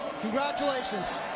Congratulations